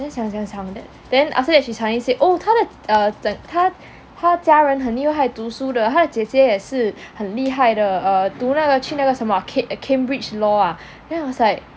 then 想想想 then after that she suddenly say oh 他他家人很厉害读书的他的姐姐也是很厉害的 err 读那个去那个是什么 err cambridge law ah then I was like